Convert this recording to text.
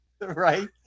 Right